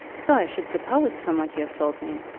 so i should suppose, from what you have told me.